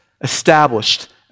established